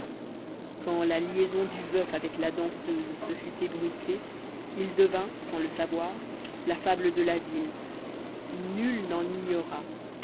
quand la liaison du veuf avec la danseuse se fut ébruitée il devint sans le savoir la fable de la ville nul n'en